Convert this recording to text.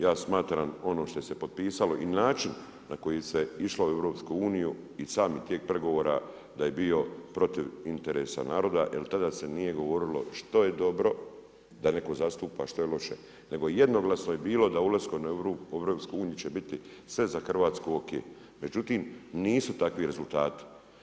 Ja smatram ono što je se potpisalo i način na koji se išlo u EU i sami tijek pregovora da je bio protiv interesa naroda jel tada se nije govorilo što je dobro da neko zastupa, što je loše nego jednoglasno je bilo da ulaskom u EU će biti sve za Hrvatsku o.k. Međutim, nisu takvi rezultati.